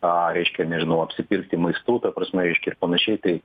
a reiškia nežinau apsipirkti maistu ta prasme reiškia panašiai tai